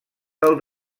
del